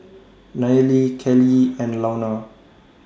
Nayeli Kellee and Launa